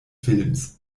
films